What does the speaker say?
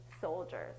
soldiers